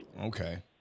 Okay